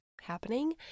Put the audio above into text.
happening